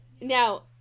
Now